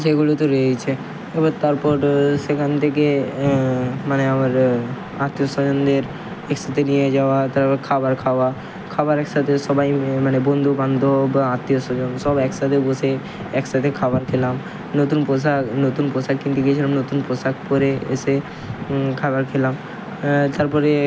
সেগুলো তো রয়েইছে এবার তারপর সেখান থেকে মানে আবার আত্মীয় স্বজনদের এসিতে নিয়ে যাওয়া তারপর খাবার খাওয়া খাবারের সাথে সবাই মানে বন্দু বান্দব বা আত্মীয় স্বজন সব একসাথে বসে একসাথে খাবার খেলাম নতুন পোশাক নতুন পোশাক কিনতে গিয়েছিলাম নতুন পোশাক পরে এসে খাবার খেলাম তারপরে